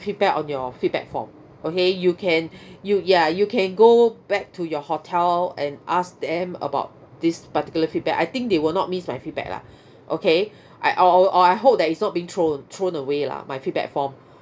feedback on your feedback form okay you can you ya you can go back to your hotel and ask them about this particular feedback I think they will not miss my feedback lah okay I or or or I hope that it's not being thrown thrown away lah my feedback form